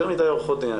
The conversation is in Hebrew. יותר מדי עורכות דין,